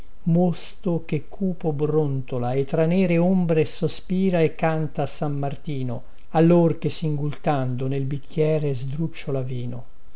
mosto che cupo brontola e tra nere ombre sospira e canta san martino allor che singultando nel bicchiere sdrucciola vino